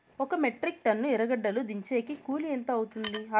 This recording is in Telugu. ఒక మెట్రిక్ టన్ను ఎర్రగడ్డలు దించేకి కూలి ఎంత అవుతుంది?